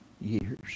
years